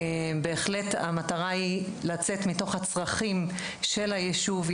המטרה היא לצאת מתוך הצרכים של הישוב.